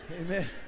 Amen